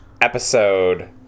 episode